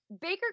Baker